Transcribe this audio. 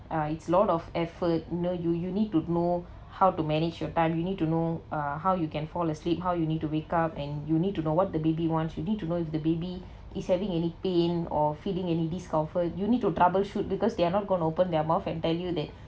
ah it's a lot of effort no you you need to know how to manage your time you need to know uh how you can fall asleep how you need to wake up and you need to know what the baby wants you need to know if the baby is having any pain or feeling any discomfort you need to troubleshoot because they are not going open their mouth and tell you that